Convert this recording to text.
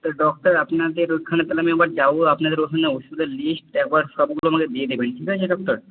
তা ডক্টর আপনাদের ওখানে তাহলে আমি একবার যাব আমাকে ওষুধের লিস্ট একবার সবগুলো আমাকে দিয়ে দেবেন ঠিক আছে ডক্টর